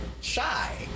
shy